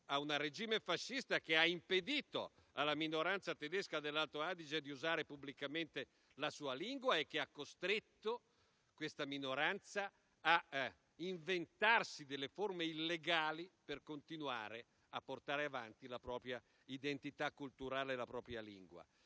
a un regime fascista che ha impedito alla minoranza tedesca dell'Alto Adige di usare pubblicamente la sua lingua e che ha costretto questa minoranza a inventarsi forme illegali per continuare a portare avanti la propria identità culturale e la propria lingua.